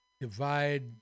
divide